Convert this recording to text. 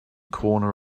corner